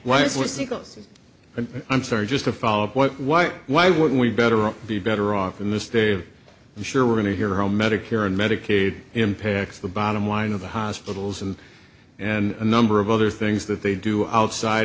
why why would we better all be better off in this dave i'm sure we're going to hear home medicare and medicaid impacts the bottom line of the hospitals and and a number of other things that they do outside